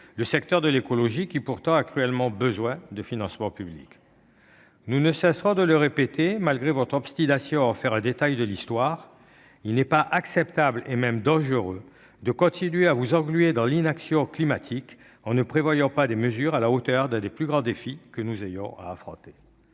le secteur de l'écologie, qui a pourtant cruellement besoin de financements publics. Malgré votre obstination à en faire un détail de l'histoire, il n'est pas acceptable, il est même dangereux de continuer à vous engluer dans l'inaction climatique, en ne prévoyant pas de mesures à la hauteur d'un des plus grands défis que nous ayons à affronter.